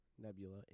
Nebula